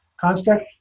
concept